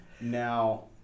Now